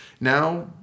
Now